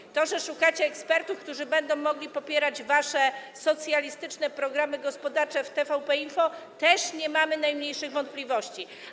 Co do tego, że szukacie ekspertów, którzy będą mogli popierać wasze socjalistyczne programy gospodarcze w TVP Info, też nie mamy najmniejszych wątpliwości.